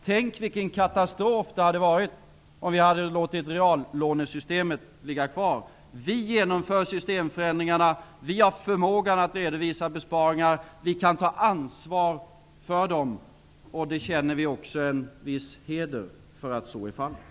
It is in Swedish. Tänk vilken katastrof det hade varit om vi hade låtit reallånesystemet ligga kvar. Vi genomför systemförändringarna, vi har förmågan att redovisa besparingar och vi kan ta ansvar för dem. Vi känner också en viss heder för att så är fallet.